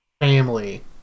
Family